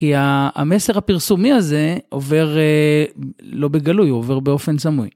כי המסר הפרסומי הזה עובר לא בגלוי, הוא עובר באופן סמוי.